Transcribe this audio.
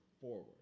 forward